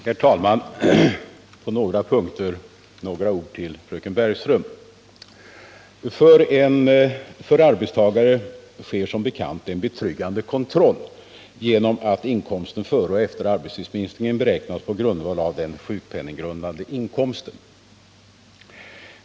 Herr talman! På några punkter ett par ord till fröken Bergström. Beträffande arbetstagare sker som bekant en betryggande kontroll, eftersom inkomsten före och efter arbetstidsminskningen beräknas på grundval av den sjukpenninggrundande inkomsten.